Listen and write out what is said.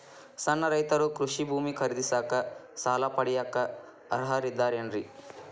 ಸಣ್ಣ ರೈತರು ಕೃಷಿ ಭೂಮಿ ಖರೇದಿಸಾಕ, ಸಾಲ ಪಡಿಯಾಕ ಅರ್ಹರಿದ್ದಾರೇನ್ರಿ?